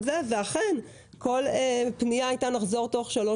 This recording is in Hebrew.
ואכן כל פנייה הייתה לחזור תוך שלוש